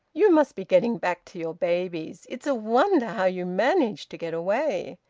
you must be getting back to your babies! it's a wonder how you manage to get away!